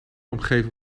omgeving